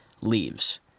leaves